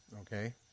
okay